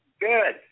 Good